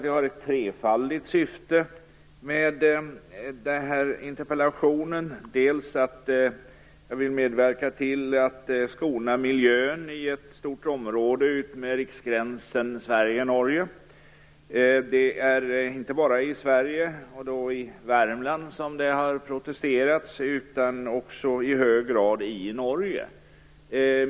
Jag har ett trefaldigt syfte med interpellationen. Jag vill medverka till att skona miljön i ett stort område utmed riksgränsen mellan Sverige och Norge. Det är inte bara i Sverige, i Värmland, som det har protesterats mot nytt skjutfält utan också i hög grad i Norge.